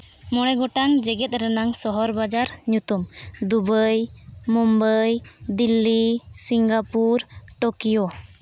ᱢᱚᱬᱮ ᱜᱚᱴᱟᱝ ᱡᱮᱜᱮᱫ ᱨᱮᱱᱟᱜ ᱥᱚᱦᱚᱨ ᱵᱟᱡᱟᱨ ᱧᱩᱛᱩᱢ Dubai Mumbai Delhi Singapore Tokyo